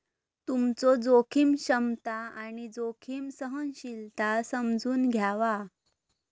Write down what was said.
तुमचो जोखीम क्षमता आणि जोखीम सहनशीलता समजून घ्यावा